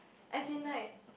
as in like